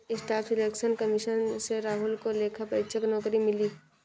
staff selection commission से राहुल को लेखा परीक्षक नौकरी मिली